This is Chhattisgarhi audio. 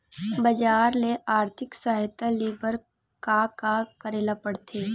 बजार ले आर्थिक सहायता ले बर का का करे ल पड़थे?